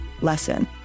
lesson